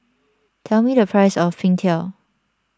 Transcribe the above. tell me the price of Png Tao